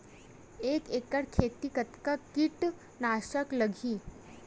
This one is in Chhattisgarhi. एक एकड़ खेती कतका किट नाशक लगही?